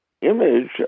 image